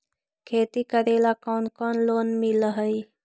खेती करेला कौन कौन लोन मिल हइ?